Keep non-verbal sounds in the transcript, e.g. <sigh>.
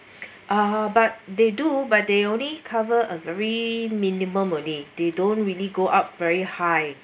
<breath> uh but they do but they only cover a very minimum only they don't really go up very high